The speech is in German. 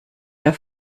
der